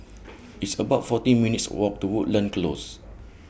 It's about fourteen minutes' Walk to Woodlands Close